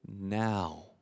now